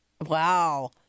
Wow